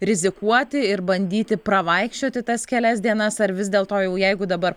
rizikuoti ir bandyti pravaikščioti tas kelias dienas ar vis dėlto jau jeigu dabar